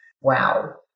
Wow